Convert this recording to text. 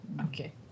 Okay